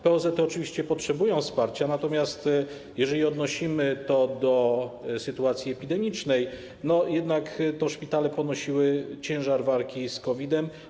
POZ-y oczywiście potrzebują wsparcia, natomiast jeżeli odnosimy to do sytuacji epidemicznej, to jednak szpitale ponosiły ciężar walki z COVID-em.